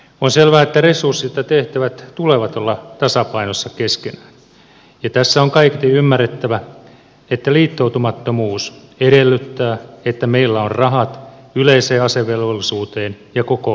on selvää että resurssien ja tehtävien tulee olla tasapainossa keskenään ja tässä on kaiketi ymmärrettävä että liittoutumattomuus edellyttää että meillä on rahat yleiseen asevelvollisuuteen ja koko maan puolustamiseen